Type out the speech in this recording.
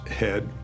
head